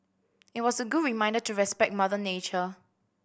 it was a good reminder to respect mother nature